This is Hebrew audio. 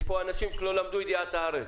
יש פה אנשים שלא למדו ידיעת הארץ.